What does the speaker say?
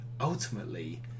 ultimately